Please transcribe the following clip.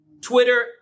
Twitter